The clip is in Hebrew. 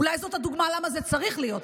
אולי זאת הדוגמה למה זה צריך להיות,